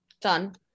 done